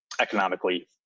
economically